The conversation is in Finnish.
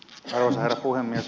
arvoisa herra puhemies